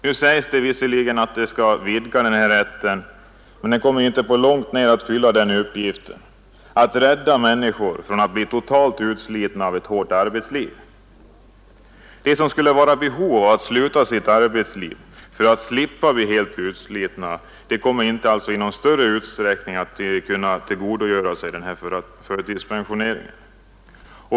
Nu sägs det visserligen att den här rätten skall vidgas, men den kommer inte på långt när att fylla uppgiften att rädda människor från att bli totalt utslitna av ett hårt arbetsliv. De som skulle vara i behov av att sluta sitt arbete för att slippa bli helt utslitna kommer inte i någon större utsträckning att kunna tillgodogöra sig förtidspensioneringen.